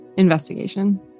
Investigation